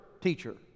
Teacher